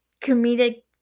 comedic